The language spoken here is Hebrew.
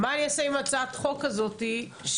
מה אני אעשה עם הצעת החוק הזאת כאשר